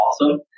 awesome